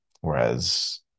Whereas